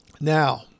Now